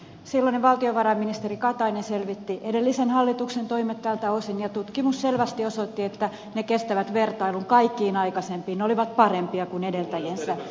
silloinen valtiovarainministeri katainen selvitti edellisen hallituksen toimet tältä osin ja tutkimus selvästi osoitti että ne kestävät vertailun kaikkiin aikaisempiin ne olivat parempia kuin edeltäjiensä